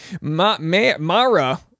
Mara